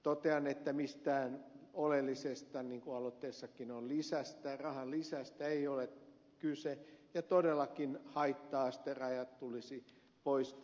totean että mistään oleellisesta niin kuin aloitteessakin on rahan lisästä ei ole kyse ja todellakin haitta asterajat tulisi poistaa